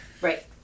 Right